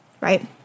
right